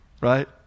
right